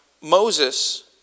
Moses